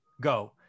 go